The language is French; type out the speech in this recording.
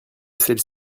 celles